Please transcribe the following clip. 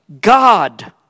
God